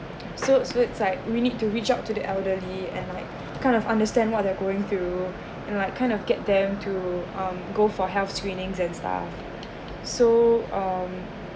so so it's like we need to reach out to the elderly and like kind of understand what they are going through and like kind of get them to um go for health screenings and stuff so um